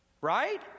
right